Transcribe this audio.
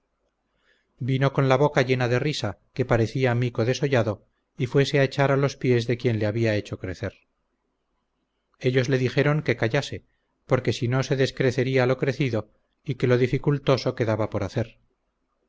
vino con la boca llena de risa que parecía mico desollado y fuese a echar a los pies de quien le había hecho crecer ellos le dijeron que callase porque sino se descrecería lo crecido y que lo dificultoso quedaba por hacer